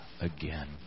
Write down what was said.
again